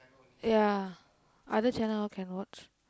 ya other channel all can watch